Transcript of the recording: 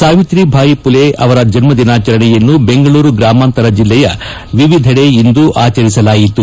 ಸಾವಿತ್ರಿಬಾಯಿ ಪುಲೆ ಅವರ ಜನ್ಮ ದಿನಾಚರಣೆಯನ್ನು ಬೆಂಗಳೂರು ಗ್ರಾಮಾಂತರ ಜಿಲ್ಲೆಯ ವಿವಿಧಿಡೆ ಇಂದು ಆಚರಿಸಲಾಯಿತು